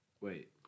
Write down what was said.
Wait